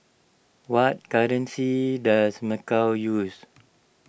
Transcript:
what currency does Macau use